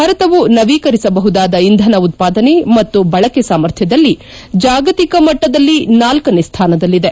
ಭಾರತವು ನವೀಕರಿಸಬಹುದಾದ ಇಂಧನ ಉತ್ಸಾದನೆ ಮತ್ತು ಬಳಕೆ ಸಾಮರ್ಥ್ನದಲ್ಲಿ ಜಾಗತಿಕ ಮಟ್ಟದಲ್ಲಿ ನಾಲ್ಲನೇ ಸ್ಥಾನದಲ್ಲಿದೆ